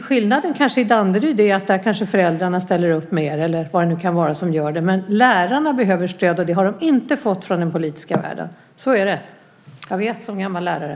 Skillnaden i Danderyd beror kanske på att föräldrarna där ställer upp mer - eller vad det nu kan bero på - men lärarna behöver stöd, och det har de inte fått från den politiska världen. Som gammal lärare vet jag att det är så.